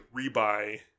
rebuy